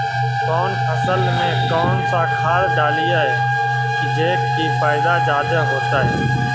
कौन फसल मे कौन सा खाध डलियय जे की पैदा जादे होतय?